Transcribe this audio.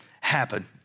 happen